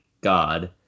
God